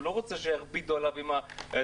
הוא לא רוצה שיכבידו עליו עם הדברים.